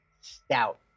stout